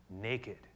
naked